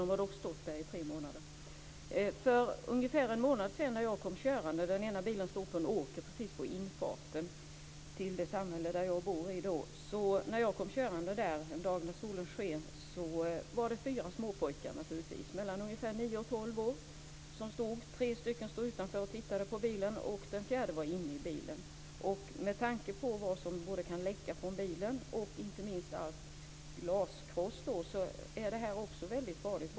Det är positivt, men de hade då stått där i tre månader. Den ena bilen stod på en åker precis vid infarten till det samhälle där jag bor. För ungefär en månad sen kom jag körande en dag då solen sken. Då såg jag fyra småpojkar, ungefär mellan nio och tolv år. Tre av dem stod utanför och tittade, medan den fjärde var inne i bilen. Med tanke på vad som kan läcka ut från bilen och inte minst allt glaskross är detta väldigt farligt.